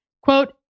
Quote